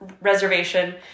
reservation